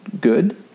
good